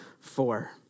four